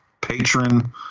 Patron